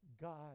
God